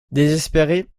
désespéré